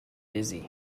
dizzy